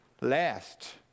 last